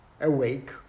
awake